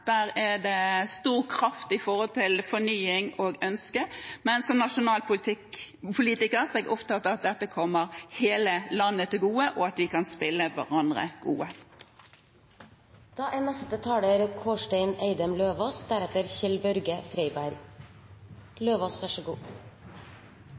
Der er det stor kraft når det gjelder fornying og ønsker, men som nasjonal politiker er jeg opptatt av at dette kommer hele landet til gode, og at vi kan spille hverandre gode. Norge er